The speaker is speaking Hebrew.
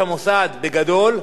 "לשעבר" בקטן,